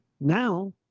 now